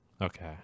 Okay